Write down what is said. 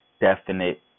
definite